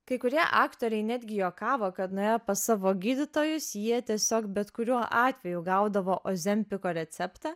kai kurie aktoriai netgi juokavo kad nuėję pas savo gydytojus jie tiesiog bet kuriuo atveju gaudavo ozempiko receptą